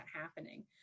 happening